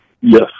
Yes